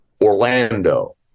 orlando